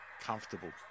comfortable